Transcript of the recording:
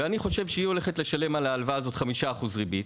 וחושב שהיא הולכת לשלם על ההלוואה הזו 5% ריבית,